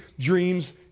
dreams